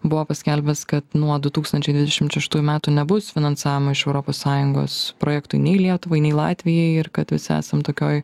buvo paskelbęs kad nuo du tūkstančiai dvidešim šeštųjų metų nebus finansavimo iš europos sąjungos projektui nei lietuvai nei latvijai ir kad visi esam tokioj